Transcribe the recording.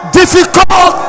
difficult